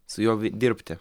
su juo dirbti